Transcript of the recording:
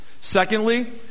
Secondly